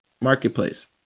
marketplace